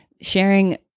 sharing